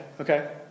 okay